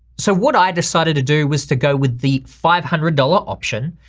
so what i decided to do was to go with the five hundred dollars option,